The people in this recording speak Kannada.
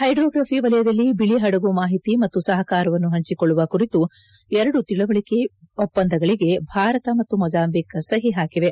ಹ್ವೆಡ್ರೋಗ್ರಫಿ ವಲಯದಲ್ಲಿ ಬಿಳಿ ಹಡಗು ಮಾಹಿತಿ ಮತ್ತು ಸಹಕಾರವನ್ನು ಹಂಚಿಕೊಳ್ಳುವ ಕುರಿತು ಎರಡು ತಿಳುವಳಿಕೆ ಒಪ್ಪಂದಗಳಿಗೆ ಭಾರತ ಮತ್ತು ಮೊಜಾಂಬಿಕ್ ಸಹಿ ಹಾಕಿವೆ